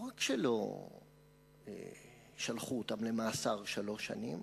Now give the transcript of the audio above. לא רק שלא שלחו אותם למאסר שלוש שנים,